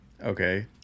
Okay